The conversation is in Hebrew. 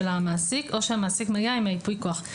המעסיק או שהמעסיק מגיע עם ייפוי הכוח.